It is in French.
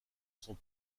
sont